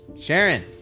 Sharon